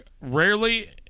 rarely